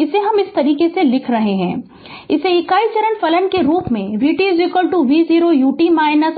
Refer Slide Time 3018 इसे इकाई चरण फलन के रूप में vt v0 u t